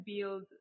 build